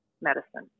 medicine